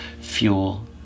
fuel